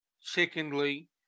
secondly